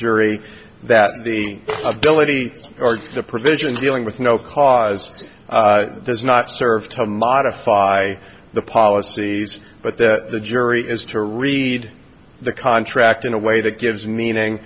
jury that the ability or the provisions dealing with no cause does not serve to modify the policies but that the jury is to read the contract in a way that gives meaning